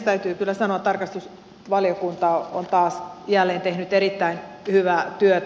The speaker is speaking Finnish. täytyy kyllä sanoa että tarkastusvaliokunta on jälleen tehnyt erittäin hyvää työtä